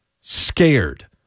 scared